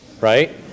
right